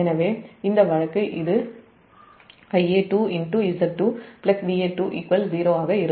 எனவேஇந்த வழக்கு Ia2 Z2 Va2 0 ஆக இருக்கும்